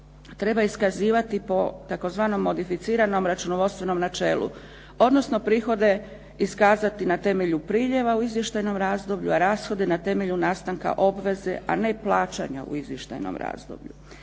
treba iskazivati po tzv. modificiranom računovodstvenom načelu, odnosno prihode iskazati na temelju priljeva u izvještajnom razdoblju a rashode na temelju nastanka obveze a ne plaćanja u izvještajnom razdoblju.